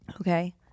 Okay